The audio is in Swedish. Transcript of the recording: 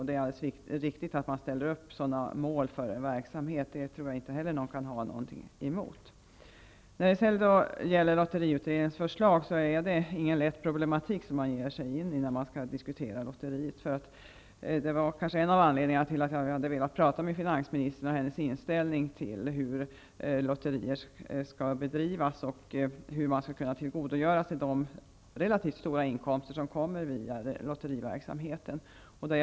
Det är riktigt att ställa upp sådana mål för en verksamhet. Jag tror inte att någon kan ha något emot det. Lotteriutredningens förslag berör inte någon lätt problematik. Det är en av anledningarna till att jag hade velat tala med finansministern. Jag hade velat höra vilken inställning hon har till hur lotterier skall bedrivas och hur man skulle kunna tillgodogöra sig de relativt stora inkomster som lotteriverksamheten ger.